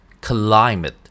Climate